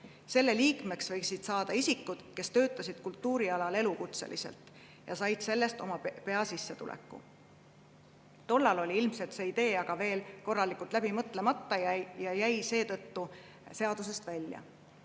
Selle liikmeks võisid saada isikud, kes töötasid kultuuri alal elukutseliselt ja said sellest oma peasissetuleku. Tollal oli see idee ilmselt veel korralikult läbi mõtlemata ja jäi seetõttu seadusest välja.